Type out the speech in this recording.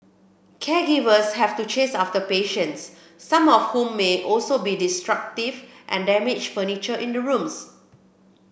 caregivers have to chase after patients some of whom may also be destructive and damage furniture in the rooms